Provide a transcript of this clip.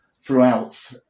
throughout